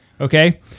Okay